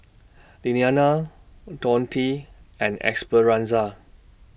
Lillianna Donte and Esperanza